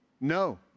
No